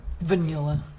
Vanilla